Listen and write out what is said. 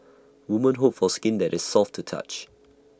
women hope for skin that is soft to touch